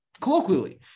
colloquially